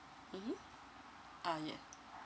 mmhmm ah yeah